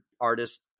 artist